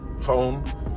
phone